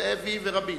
זאבי ורבין,